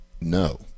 No